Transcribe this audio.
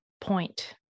point